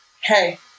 hey